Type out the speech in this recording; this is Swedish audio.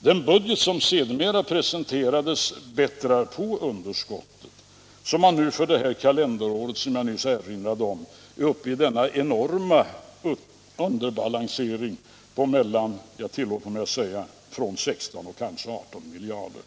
Den budget som sedermera presenterades bättrar på underskottet, som nu för detta kalenderår, som jag nyss erinrade om, är uppe i denna enorma underbalansering på 16, kanske 18 miljarder kronor.